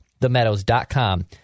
TheMeadows.com